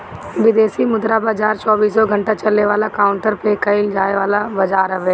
विदेशी मुद्रा बाजार चौबीसो घंटा चले वाला काउंटर पे कईल जाए वाला बाजार हवे